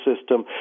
system